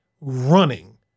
running